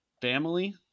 family